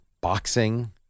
boxing